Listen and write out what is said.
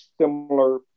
similar